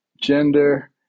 gender